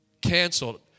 canceled